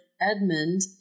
Edmund